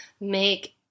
make